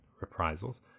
reprisals